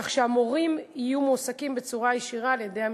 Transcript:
כך שהמורים יהיו מועסקים בצורה ישירה על-ידי המשרד.